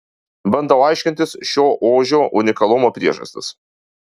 bandau aiškintis šio ožio unikalumo priežastis